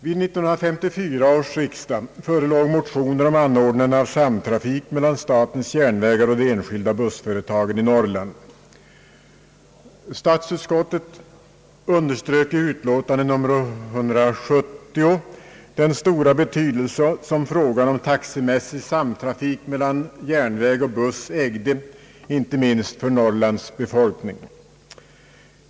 Vid 1954 års riksdag förelåg motioner om anordnande av samtrafik mellan statens järnvägar och de enskilda bussföretagen i Norrland, Statsutskottet underströk i utlåtandet nr 170 den stora betydelse som frågan om taxemässig samtrafik mellan järnväg och buss ägde inte minst för Norrlands befolkning.